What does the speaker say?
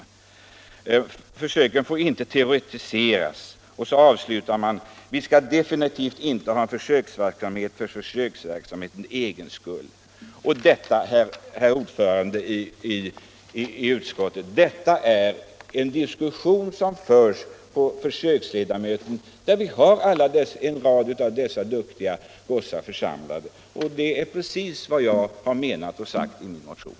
Försöken får inte teoretiseras, säger man. Avslutningsvis heter det: ”Vi ska definitivt inte ha försöksverksamhet för försöksverksamhetens egen skull.” Detta, herr ordförande i utskottet, är den diskussion som förs av försöksledarna när en hel rad av dessa duktiga gossar är församlade. Och det är precis vad jag har menat och framhållit i min motion.